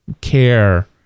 care